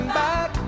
back